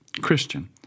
Christian